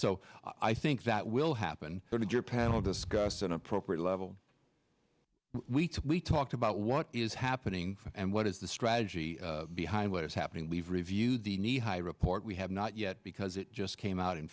i think that will happen with your panel discuss an appropriate level we took we talked about what is happening and what is the strategy behind what is happening we've reviewed the knee high report we have not yet because it just came out in